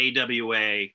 AWA